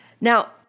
Now